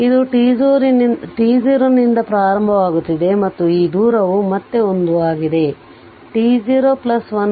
ಇದು t0 ನಿಂದ ಪ್ರಾರಂಭವಾಗುತ್ತಿದೆ ಮತ್ತು ಈ ದೂರವು ಮತ್ತೆ 1 ಆಗಿದೆ t0 1 t0 1